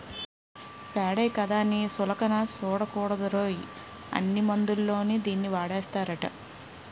పేడే కదా అని సులకన సూడకూడదురోయ్, అన్ని మందుల్లోని దీన్నీ వాడేస్తారట